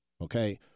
Okay